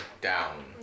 down